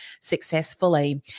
successfully